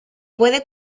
puede